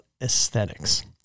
aesthetics